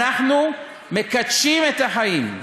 אנחנו מקדשים את החיים.